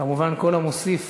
כמובן, כל המוסיף